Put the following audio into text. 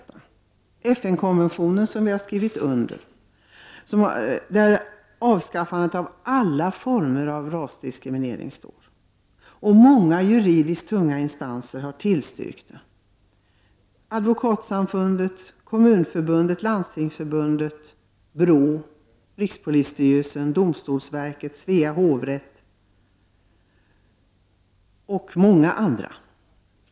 I den FN-konvention som vi har skrivit under står inskrivet ett avskaffande av alla former av rasdiskriminering. Många juridiskt tunga instanser har tillstyrkt tillkomsten av en lag på detta område, exempelvis Advokatsamfundet, Kommunförbundet, Landstingsförbundet, BRÅ, rikspolisstyrelsen, domstolsverket och Svea hovrätt.